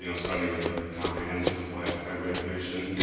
you know starting with ah comprehensive widespread regulation.